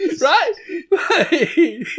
Right